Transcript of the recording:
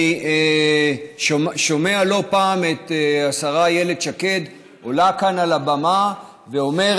אני שומע לא פעם את השרה איילת שקד עולה כאן על הבמה ואומרת: